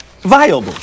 viable